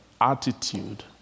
attitude